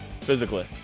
physically